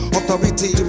Authority